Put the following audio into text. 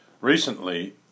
Recently